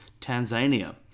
Tanzania